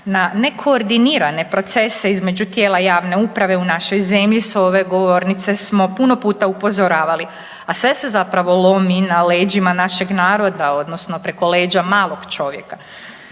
Na nekoordinirane procese između tijela javne uprave u našoj zemlji s ove govornice smo puno puta upozoravali, a sve se zapravo lomi na leđima našeg naroda odnosno preko leđa malog čovjeka.